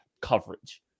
coverage